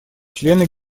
члены